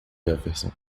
jefferson